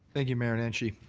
thank you, mayor nenshi.